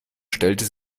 stellte